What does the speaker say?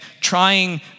trying